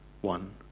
one